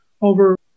over